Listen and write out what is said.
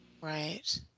right